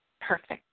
perfect